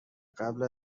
قبل